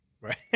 right